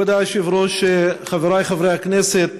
כבוד היושב-ראש, חבריי חברי הכנסת,